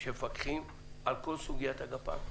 שמפקחים על כל סוגיית הגפ"מ?